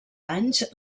anys